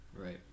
Right